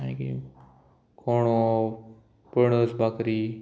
मागीर कोणो पणस भाकरी